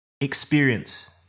experience